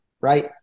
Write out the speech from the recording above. right